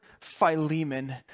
Philemon